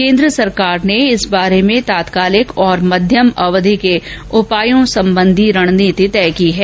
केन्द्र सरकार ने इस बारे में तात्कालिक और मध्यम अवधि के उपायों संबंधी रणनीति तय की है